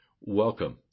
Welcome